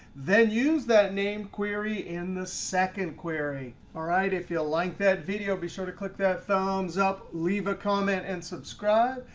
then use that name query in the second query. all right. if you feel like that video, be sure to click that thumbs up, leave a comment, and subscribe,